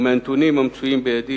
והנתונים המצויים בידי,